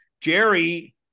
jerry